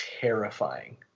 terrifying